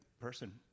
person